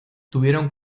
tuvieron